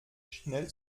schnell